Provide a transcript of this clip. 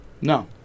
No